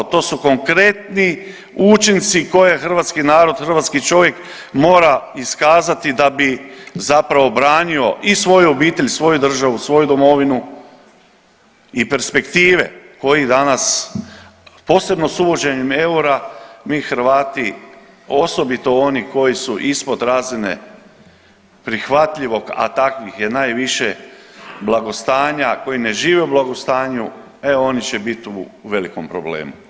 To su konkretni učinci koje hrvatski narod, hrvatski čovjek mora iskazati da bi zapravo branio i svoju obitelj, svoju državu, svoju Domovinu i perspektive kojih danas posebno s uvođenjem eura mi Hrvati osobito oni koji su ispod razine prihvatljivog, a takvih je najviše blagostanja koji ne žive u blagostanju e oni će biti u velikom problemu.